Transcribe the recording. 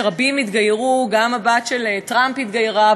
שרבים התגיירו גם הבת של טראמפ התגיירה,